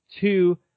Two